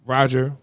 Roger